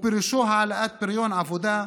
ופירושו העלאת פריון העבודה,